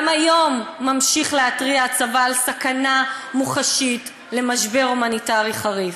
גם היום הצבא ממשיך להתריע על סכנה מוחשית למשבר הומניטרי חריף.